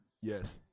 Yes